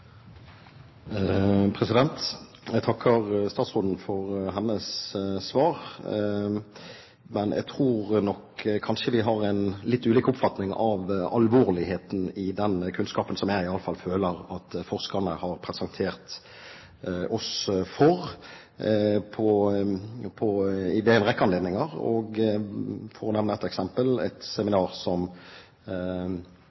for hennes svar, men jeg tror nok kanskje vi har en litt ulik oppfatning av alvorligheten i denne kunnskapen, som jeg iallfall føler at forskerne har presentert for oss ved en rekke anledninger. Som et eksempel kan jeg nevne et seminar som vår komité hadde i lokalene til Norges forskningsråd, hvor vi ble presentert for et